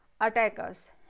attackers